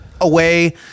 away